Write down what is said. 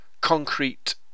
concrete